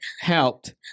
helped